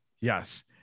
Yes